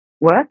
work